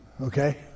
Okay